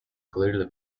clearly